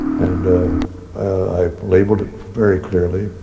and ah i labeled it very clearly.